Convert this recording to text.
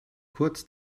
kurz